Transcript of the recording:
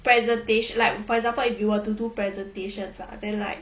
presentation like for example if you were to do presentations ah then like